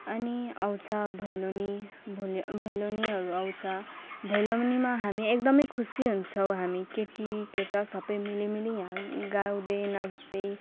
अनि आउँछ भैलेनी भै भैलेनीहरू आउँछ भौलेनीमा हामी एकदमै खुसी हुन्छौँ हामी केटी केटा सबै मिली मिली यहाँ गाउदै नाच्दै